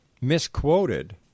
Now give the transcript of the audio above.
misquoted